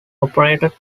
operated